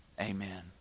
amen